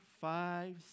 five